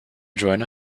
join